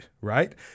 right